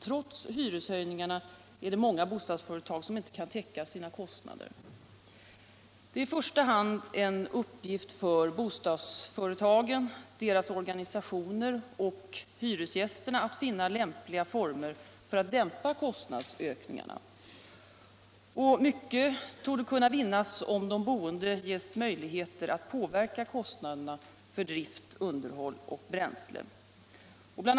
Trots hyreshöjningarna är det många bostadsföretag som inte kan täcka sina kostnader. Det är i första hand en uppgift för bostadsföretagen, deras organisationer och hyresgästerna att finna lämpliga former för att dämpa kostnadsökningarna. Mycket torde kunna vinnas, om de boende ges möjligheter att påverka kostnaderna för drift, underhåll och bränsle. Bl.